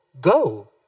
go